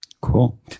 Cool